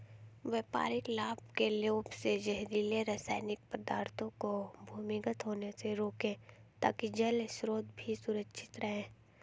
व्यापारिक लाभ के लोभ से जहरीले रासायनिक पदार्थों को भूमिगत होने से रोकें ताकि जल स्रोत भी सुरक्षित रहे